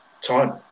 time